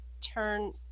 turn